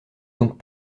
donc